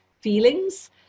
feelings